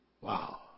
Wow